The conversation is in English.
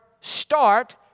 start